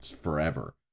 forever